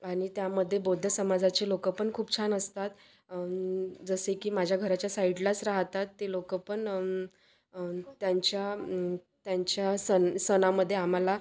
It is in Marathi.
आणि त्यामध्ये बौद्ध समाजाचे लोक पण खूप छान असतात जसे की माझ्या घराच्या साईडलाच राहतात ते लोक पण त्यांच्या त्यांच्या सण सणामध्ये आम्हाला